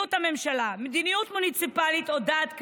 מדיניות הממשלה, מדיניות מוניציפלית או בדעת הקהל.